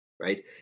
right